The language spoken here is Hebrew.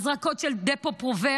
הזרקות של דפו-פרוברה,